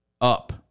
Up